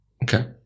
Okay